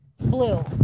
blue